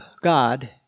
God